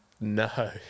No